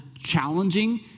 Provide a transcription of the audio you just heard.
challenging